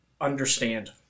understand